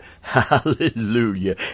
Hallelujah